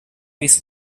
his